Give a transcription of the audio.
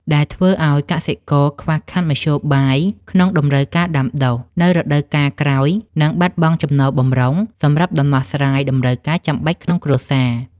ដែលធ្វើឱ្យកសិករខ្វះខាតមធ្យោបាយក្នុងតម្រូវការដាំដុះនៅរដូវកាលក្រោយ និងបាត់បង់ចំណូលបម្រុងសម្រាប់ដោះស្រាយតម្រូវការចាំបាច់ក្នុងគ្រួសារ។